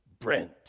Brent